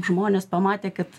žmonės pamatė kad